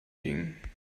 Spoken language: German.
dingen